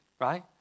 Right